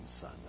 Son